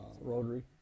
Rotary